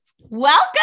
Welcome